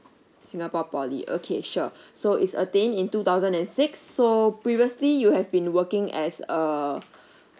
singapore poly okay sure so is attend in two thousand and six so previously you have been working as err